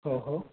हो हो